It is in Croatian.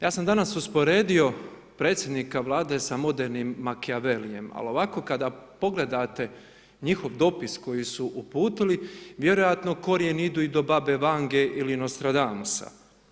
Ja sam danas usporedio predsjednika Vlade sa modernim makijavelijem, al ovako kada pogledate njihov dopis koji su uputili, vjerojatno korijeni idu i do babe Vange ili Nostradamusa.